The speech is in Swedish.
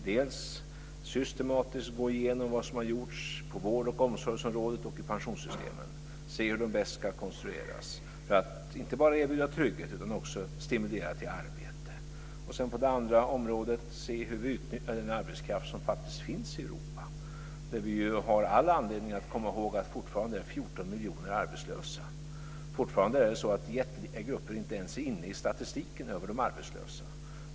Vi går systematiskt igenom vad som har gjorts på vård och omsorgsområdet och i pensionssystemen, ser efter hur de bäst ska konstrueras för att inte bara erbjuda trygghet utan också stimulera till arbete. På det andra området undersöker vi hur vi utnyttjar den arbetskraft som faktiskt finns i Europa, där vi har all anledning att komma ihåg att 14 miljoner människor fortfarande är arbetslösa. Fortfarande är det så att jättelika grupper inte ens är inne i statistiken över de arbetslösa.